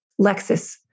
Lexus